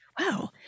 Wow